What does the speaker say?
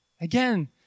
Again